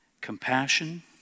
compassion